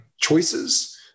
choices